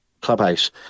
clubhouse